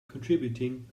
contributing